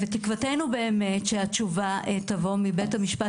ותקוותנו באמת שהתשובה תבוא מבית המשפט